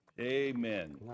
Amen